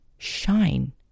shine